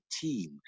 team